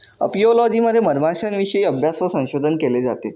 apiology मध्ये मधमाश्यांविषयी अभ्यास व संशोधन केले जाते